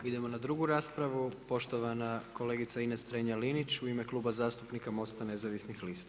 Idemo na drugu raspravu, poštovana kolegica Ines Strenja-Linić, u ime Kluba zastupnika MOST-a Nezavisnih lista.